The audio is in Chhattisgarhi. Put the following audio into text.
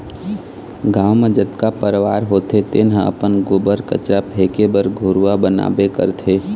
गाँव म जतका परवार होथे तेन ह अपन गोबर, कचरा फेके बर घुरूवा बनाबे करथे